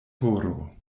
horo